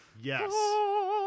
Yes